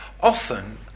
often